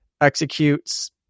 executes